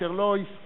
אשר לא הסכים